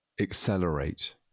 accelerate